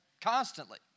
Constantly